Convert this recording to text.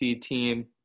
team